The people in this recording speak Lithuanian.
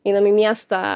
einam į miestą